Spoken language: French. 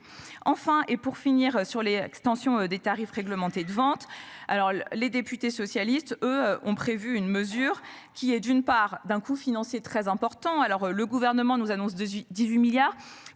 enfin et pour finir sur l'extension des tarifs réglementés de vente. Alors les députés socialistes eux ont prévu une mesure qui est d'une part, d'un coût financier très important. Alors le gouvernement nous annonce de 18 milliards